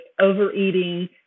overeating